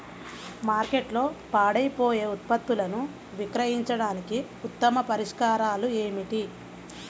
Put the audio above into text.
మార్కెట్లో పాడైపోయే ఉత్పత్తులను విక్రయించడానికి ఉత్తమ పరిష్కారాలు ఏమిటి?